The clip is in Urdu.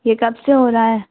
یہ کب سے ہو رہا ہے